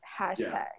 hashtag